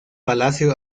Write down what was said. palacio